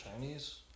Chinese